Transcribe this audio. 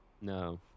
no